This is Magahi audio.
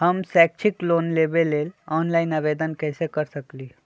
हम शैक्षिक लोन लेबे लेल ऑनलाइन आवेदन कैसे कर सकली ह?